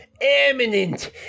eminent